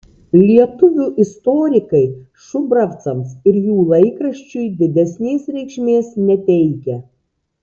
lietuvių istorikai šubravcams ir jų laikraščiui didesnės reikšmės neteikia